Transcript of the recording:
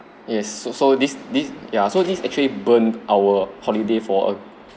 yes so so this this ya so this actually burn our holiday for a